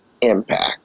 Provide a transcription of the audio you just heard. impact